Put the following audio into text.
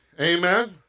Amen